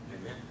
Amen